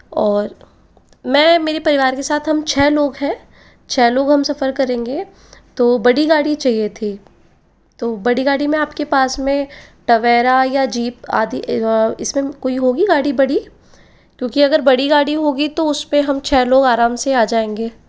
और मैं मेरे परिवार के साथ हम छः लोग हैं छः लोग हम सफर करेंगे तो बड़ी गाड़ी चाहिए थी तो बड़ी गाड़ी में आपके पास में टवेरा या जीप आदि इसमें कोई होगी गाड़ी बड़ी क्योंकि अगर बड़ी गाड़ी होगी तो उसपे हम छः लोग आराम से आ जाएंगे